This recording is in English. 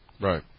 Right